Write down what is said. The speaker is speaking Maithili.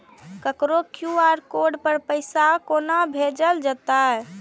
ककरो क्यू.आर कोड पर पैसा कोना भेजल जेतै?